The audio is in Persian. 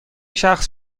شخص